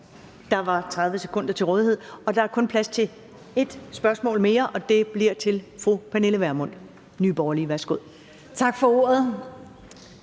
Der var 30 sekunder til rådighed, og der er kun plads til et spørgsmål mere, og det bliver fra fru Pernille Vermund, Nye Borgerlige. Værsgo. Kl.